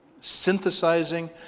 synthesizing